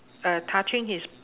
uh touching his